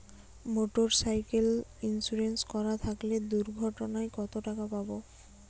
Motorcycle insurance করা থাকলে দুঃঘটনায় কতটাকা পাব?